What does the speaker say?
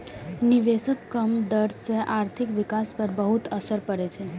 निवेशक कम दर सं आर्थिक विकास पर बहुत असर पड़ै छै